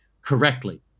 correctly